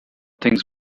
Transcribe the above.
things